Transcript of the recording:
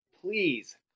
please